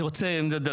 הוא